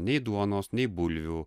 nei duonos nei bulvių